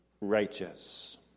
righteous